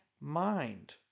mind